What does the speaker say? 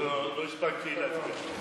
לא הספקתי להצביע.